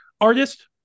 artist